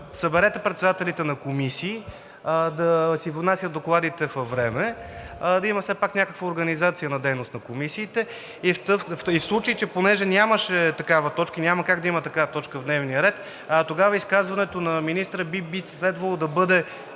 съберете председателите на комисии да си внасят докладите навреме, да има все пак някаква организация на дейност на комисиите. И понеже нямаше такава точка и няма как да има такава точка в дневния ред, тогава изказването на министъра би следвало да бъде